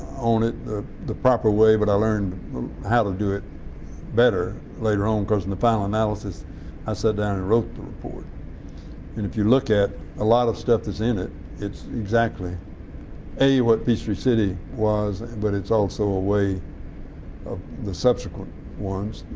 on it the the proper way, but i learned how to do it better later on because in the final analysis i sat down and wrote the report. and if you look at a lot of stuff that's in it's exactly what peachtree city was, but it's also a way of the subsequent ones,